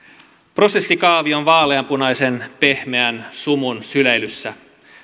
prosessikaavion vaaleanpunaisen pehmeän sumun syleilyssä